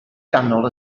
ganol